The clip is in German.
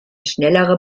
schnellere